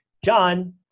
John